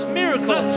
miracle